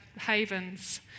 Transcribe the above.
havens